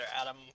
Adam